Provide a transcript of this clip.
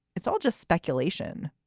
it's all just speculation.